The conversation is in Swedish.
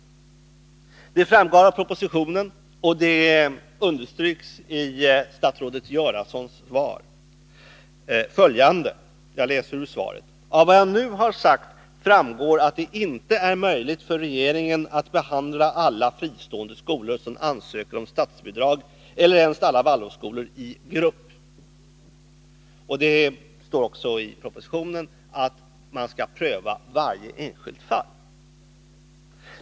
Följande framgår av propositionen, och samma sak understryks i statsrådet Göranssons svar: ”Av vad jag nu har sagt framgår att det inte är möjligt för regeringen att behandla alla fristående skolor som ansöker om statsbidrag, eller ens alla Waldorfskolor, i grupp.” Vidare står det i svaret — det gäller också propositionen — att man skall pröva varje enskilt fall.